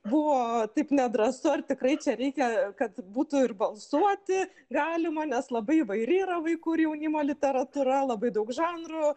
buvo taip nedrąsu ar tikrai čia reikia kad būtų ir balsuoti galima nes labai įvairi yra vaikų ir jaunimo literatūra labai daug žanrų